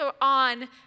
on